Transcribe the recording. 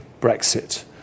Brexit